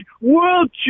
world